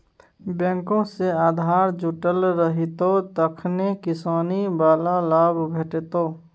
bank सँ आधार जुटल रहितौ तखने किसानी बला लाभ भेटितौ